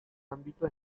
ámbito